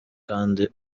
kandi